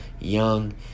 Young